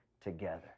together